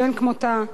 שאין כמותה.